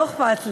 לא אכפת לי.